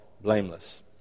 blameless